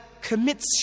commits